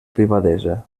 privadesa